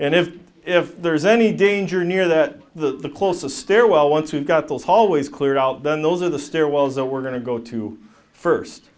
and if if there's any danger near that the closest stairwell once you've got those hallways cleared out then those are the stairwells that we're going to go to first